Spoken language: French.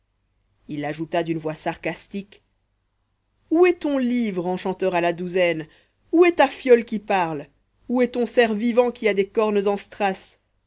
il ajouta d'une voix sarcastique où est ton livre enchanteur à la douzaine où est ta fiole qui parle où est ton cerf vivant qui a des cornes en strass